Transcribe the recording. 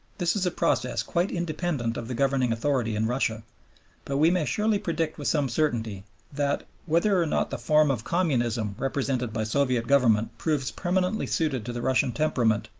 this is a process quite independent of the governing authority in russia but we may surely predict with some certainty that, whether or not the form of communism represented by soviet government proves permanently suited to the russian temperament,